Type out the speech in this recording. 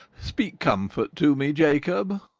speak comfort to me, jacob!